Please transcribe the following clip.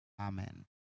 Amen